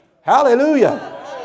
Hallelujah